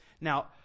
Now